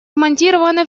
вмонтированы